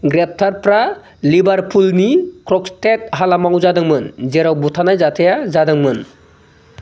ग्रेप्टारफ्रा लिवारपूलनि क्र'क्सटेथ हालामाव जादोंमोन जेराव बुथारनाय जाथाया जादोंमोन